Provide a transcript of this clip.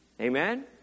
Amen